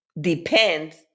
depends